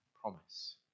promise